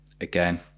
again